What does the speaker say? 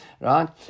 Right